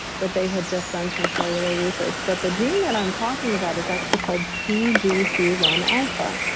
but they had just done some cellular research but the gene that i'm talking about is actually called pgc one alpha.